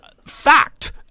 fact